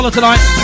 tonight